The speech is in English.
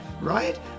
right